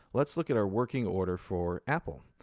let's look at our working order for apple.